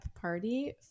party